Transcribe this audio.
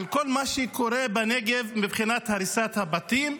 על כל מה שקורה בנגב מבחינת הריסת הבתים.